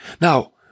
Now